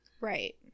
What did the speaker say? Right